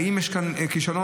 האם יש כאן כישלון,